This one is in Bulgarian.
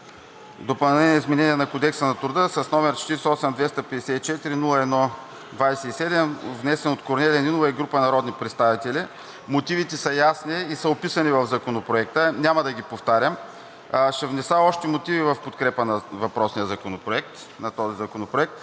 допълнение и изменение на Кодекса на труда, № 48-254-01-27, внесен от Корнелия Нинова и група народни представители. Мотивите са ясни и са описани в Законопроекта, няма да ги повтарям. Ще внеса още мотиви в подкрепа на въпросния законопроект. Разговорите